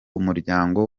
umuryango